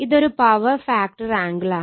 ഇതൊരു power factor angle ആണ്